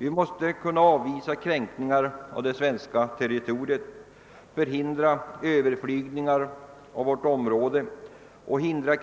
Vi måste kunna avvisa kränkningar av det svenska territoriet, förhindra överflygningar av vårt område och hindra